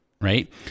right